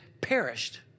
perished